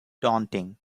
daunting